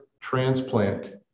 transplant